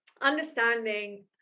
understanding